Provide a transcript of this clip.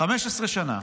15 שנה